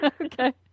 Okay